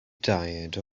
diet